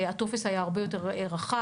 הטופס היה הרבה יותר רחב,